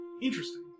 Interesting